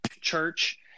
church